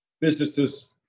businesses